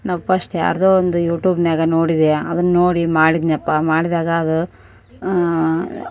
ನಾವು ಪಶ್ಟ್ ಯಾರದೋ ಒಂದು ಯೂಟೂಬ್ನಲ್ಲಿ ನೋಡಿದೆ ಅದನ್ನು ನೋಡಿ ಮಾಡಿದೆನಪ್ಪ ಮಾಡಿದಾಗ ಅದು ಆಂ